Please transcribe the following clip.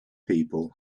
people